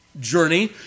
journey